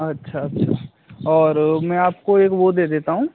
अच्छा अच्छा और में आपको एक वह दे देता हूँ